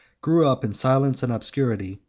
grew up in silence and obscurity,